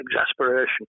exasperation